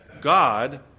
God